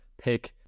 pick